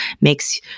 makes